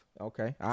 Okay